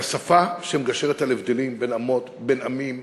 היא שפה שמגשרת על הבדלים בין אומות, בין עמים,